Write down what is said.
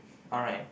alright